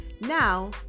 Now